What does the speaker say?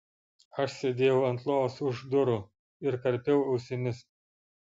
aš sėdėjau ant lovos už durų ir karpiau ausimis